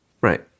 Right